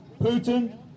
Putin